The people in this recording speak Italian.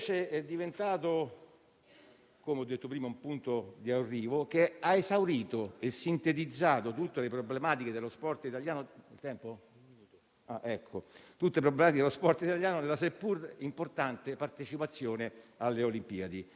tutte le problematiche dello sport italiano nella seppur importante partecipazione alle Olimpiadi. Lo sport però non può e non deve essere soltanto Olimpiadi. È fondamentale per la nostra Nazione costruire una cultura sportiva diversa,